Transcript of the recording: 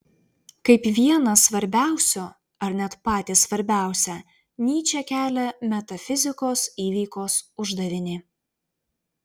kaip vieną svarbiausių ar net patį svarbiausią nyčė kelia metafizikos įveikos uždavinį